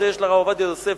שיש לרב עובדיה יוסף,